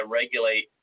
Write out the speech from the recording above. regulate